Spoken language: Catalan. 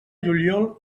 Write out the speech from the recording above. juliol